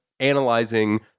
analyzing